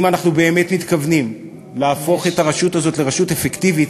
אם אנחנו באמת מתכוונים להפוך את הרשות הזאת לרשות אפקטיבית,